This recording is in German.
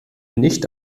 nicht